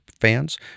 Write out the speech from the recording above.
fans